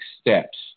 steps